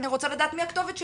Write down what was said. אני רוצה לדעת מי הכתובת שלי,